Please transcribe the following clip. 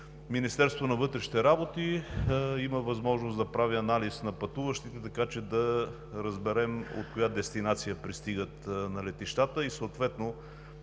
Министерството на вътрешните работи има възможност да прави анализ на пътуващите, така че да разберем от коя дестинация пристигат на летищата и съответно